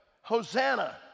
Hosanna